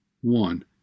One